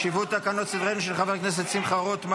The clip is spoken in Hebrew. חובת מעסיק לבדיקת אשרה של עובד זר),